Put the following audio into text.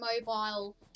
mobile